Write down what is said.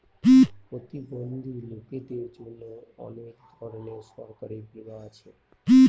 প্রতিবন্ধী লোকদের জন্য অনেক ধরনের সরকারি বীমা আছে